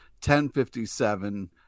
1057